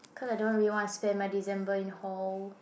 because I don't really want spend my December in whole